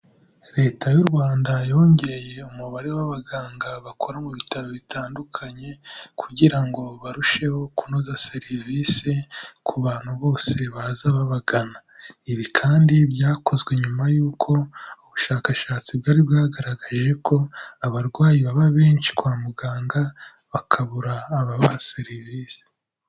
Leta y'u Rwanda yongeye umubare w'abaganga bakora mu bitaro bitandukanye, kugira ngo barusheho kunoza serivisi, ku bantu bose baza babagana. Ibi kandi byakozwe nyuma y'uko ubushakashatsi bwari bwagaragaje ko abarwayi baba benshi kwa muganga, bakabura ababaha serivisi.